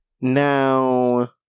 Now